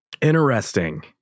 Interesting